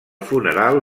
funeral